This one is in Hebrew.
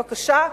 בבקשה,